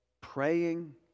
praying